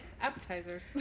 appetizers